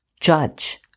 judge